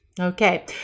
Okay